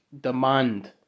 demand